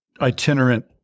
itinerant